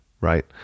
right